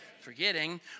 forgetting